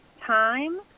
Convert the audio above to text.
time